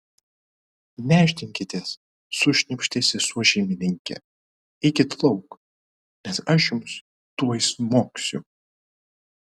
nešdinkitės sušnypštė sesuo šeimininkė eikit lauk nes aš jums tuoj smogsiu